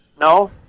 No